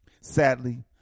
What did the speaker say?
Sadly